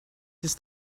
ist